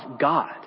God